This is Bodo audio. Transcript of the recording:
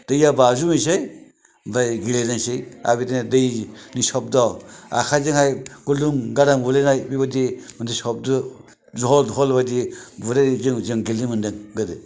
दैआव बाज्रुमहैनोसै ओमफ्राय गेलेनोसै ओमफ्राय बिदिनो दैनि सब्द' आखाइजोंहाय गुलदुम गालदाम गोलैनाय बेबायदि मोनसे सब्द' धल बायदि बुलायनाय गेलेनो मोनदों जों गोदो